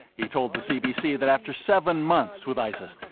he told the cbc that after seven months with isis,